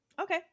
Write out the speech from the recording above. Okay